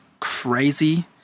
crazy